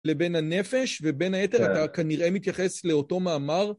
לבין הנפש, ובין היתר אתה כנראה מתייחס לאותו מאמר